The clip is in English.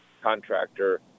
contractor